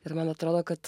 ir man atrodo kad